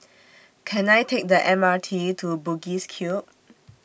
Can I Take The M R T to Bugis Cube